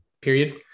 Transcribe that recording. Period